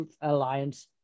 alliance